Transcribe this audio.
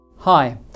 Hi